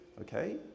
Okay